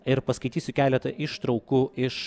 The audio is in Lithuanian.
ir paskaitysiu keletą ištraukų iš